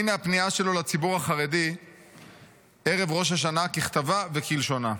הינה הפנייה שלו לציבור החרדי ערב ראש השנה ככתבה וכלשונה: